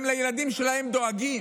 הם לילדים שלהם דואגים.